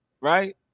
right